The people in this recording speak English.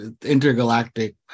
intergalactic